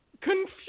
confused